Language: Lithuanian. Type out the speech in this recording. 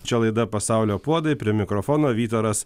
čia laida pasaulio puodai prie mikrofono vytaras